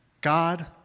God